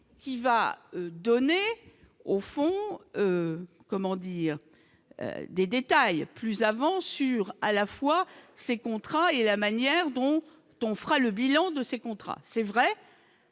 qui va donner au fond comment dire des détails plus avant sur à la fois ces contrats et la manière dont dont on fera le bilan de ces contrats, c'est vrai